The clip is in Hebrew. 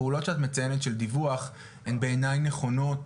הפעולות שאת מציינת של דיווח הן בעיניי נכונות